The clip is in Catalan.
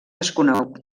desconegut